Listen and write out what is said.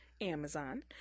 Amazon